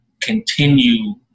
continue